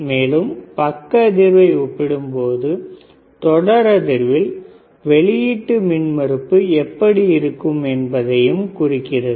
மேலும் பக்க அதிர்வை ஒப்பிடும்பொழுது தொடர் அதிர்வில் வெளியிட்டு மின் மறுப்பு எப்படி இருக்கும் என்பதை குறிக்கிறது